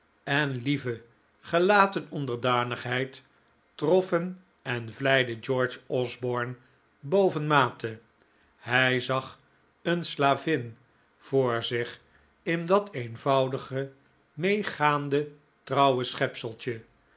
en lieve gelaten onderdanigheid troffen en vleiden george osborne bovenmate hij zag een slavin voor zich in dat eenvoudige meegaande